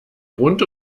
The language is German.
rund